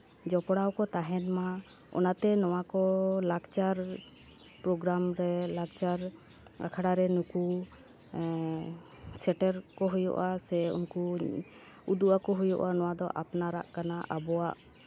ᱡᱚᱯᱲᱟᱣ ᱠᱚ ᱛᱟᱦᱮᱱ ᱢᱟ ᱚᱱᱟᱛᱮ ᱱᱚᱣᱟ ᱠᱚ ᱞᱟᱠᱪᱟᱨ ᱯᱨᱳᱜᱨᱟᱢ ᱨᱮ ᱞᱟᱠᱪᱟᱨ ᱟᱠᱷᱲᱟ ᱨᱮ ᱱᱩᱠᱩ ᱥᱮᱴᱮᱨ ᱠᱚ ᱦᱩᱭᱩᱜᱼᱟ ᱥᱮ ᱩᱱᱠᱩ ᱩᱫᱩᱜ ᱟᱠᱚ ᱦᱩᱭᱩᱜᱼᱟ ᱱᱚᱣᱟ ᱫᱚ ᱟᱯᱱᱟᱨᱟᱜ ᱠᱟᱱᱟ ᱟᱵᱚᱣᱟᱜ